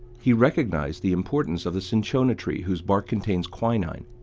he recognized the importance of the cinchona tree, whose bark contains quinine,